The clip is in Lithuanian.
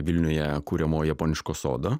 vilniuje kuriamo japoniško sodo